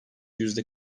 yüzde